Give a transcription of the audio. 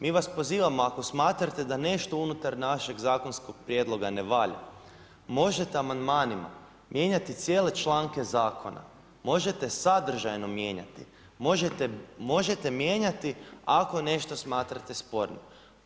Mi vas pozivamo ako smatrate da nešto unutar našeg zakonskog prijedloga ne valja, možete amandmanima mijenjati cijele članke Zakona, možete sadržajno mijenjati, možete mijenjati ako nešto smatrate spornim.